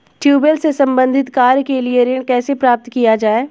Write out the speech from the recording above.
Tubewell से संबंधित कार्य के लिए ऋण कैसे प्राप्त किया जाए?